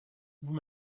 vous